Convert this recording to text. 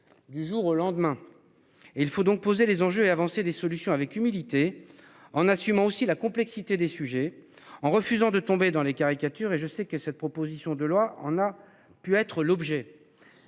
Du jour au lendemain. Et il faut donc poser les enjeux et avancer des solutions avec humilité. En assumant aussi la complexité des sujets en refusant de tomber dans les caricatures et je sais que cette proposition de loi, on a pu être l'objet.